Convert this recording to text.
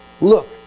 Look